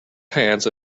pants